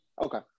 Okay